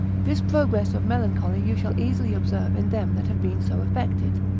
this progress of melancholy you shall easily observe in them that have been so affected,